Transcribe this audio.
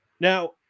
now